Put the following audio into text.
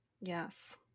Yes